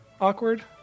awkward